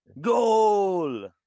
Goal